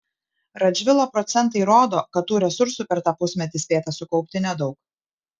radžvilo procentai rodo kad tų resursų per tą pusmetį spėta sukaupti nedaug